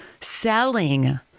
selling